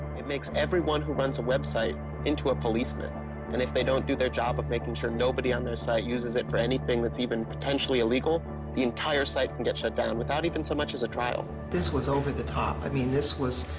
it makes everyone who runs a website into a policeman and if they don't do their job of making sure that nobody on their site uses it for anything that even potentially illegal the entire site could and get shutdown without even so much as a trial. this was over the top. i mean, this was